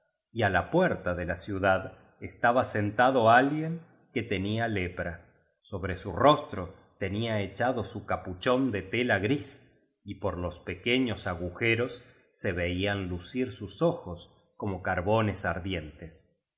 y á la puerta de la ciudad estaba sentado alguien que te biblioteca nacional de españa el niño estrella nía lepra sobre su rostro tenía echado un capuchón de tela gris y por los pequeños agujeros se veían lucir sus ojos como carbones ardientes